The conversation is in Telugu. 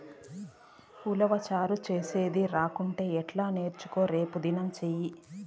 ఉలవచారు చేసేది రాకంటే ఎట్టా నేర్చుకో రేపుదినం సెయ్యి